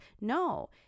no